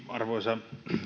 arvoisa